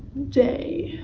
day,